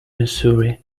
missouri